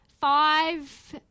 five